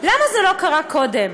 למה זה לא קרה קודם?